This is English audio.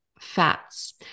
fats